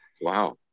Wow